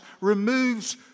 removes